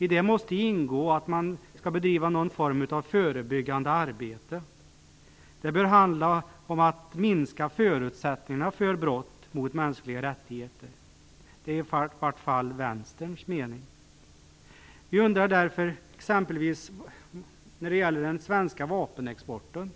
I det måste ingå att man skall bedriva någon form av förebyggande arbete. Det bör handla om att minska förutsättningarna för brott mot mänskliga rättigheter. Det är i vart fall Vänsterns mening. Vi undrar därför exempelvis om den svenska vapenexporten